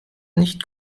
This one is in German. nicht